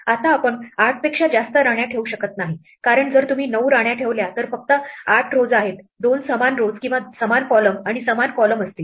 आता आपण 8 पेक्षा जास्त राण्या ठेवू शकत नाही कारण जर तुम्ही 9 राण्या ठेवल्या तर फक्त 8 rows आहेत 2 समान rows किंवा समान column आणि समान column असतील